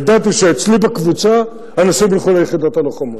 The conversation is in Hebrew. ידעתי שאצלי בקבוצה אנשים ילכו ליחידות הלוחמות,